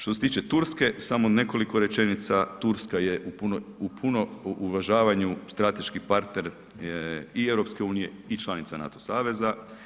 Što se tiče Turske, samo nekoliko rečenica, Turska je u punom uvažavanju strateških partner i EU i članica NATO saveza.